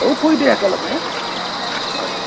তয়ো কৈ দে একেলগে হয়